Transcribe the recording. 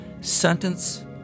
Sentence